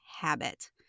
habit